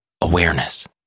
awareness